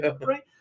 Right